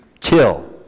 chill